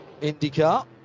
IndyCar